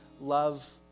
love